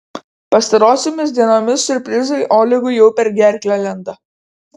pastarosiomis dienomis siurprizai olegui jau per gerklę lenda